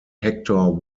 hector